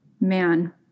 man